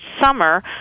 Summer